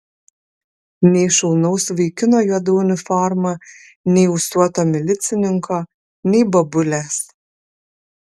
nei šaunaus vaikino juoda uniforma nei ūsuoto milicininko nei bobulės